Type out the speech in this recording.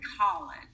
college